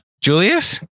Julius